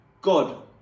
God